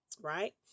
right